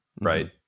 Right